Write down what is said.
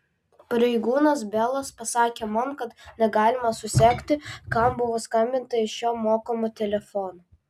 pareigūnas belas pasakė man kad negalima susekti kam buvo skambinta iš šio mokamo telefono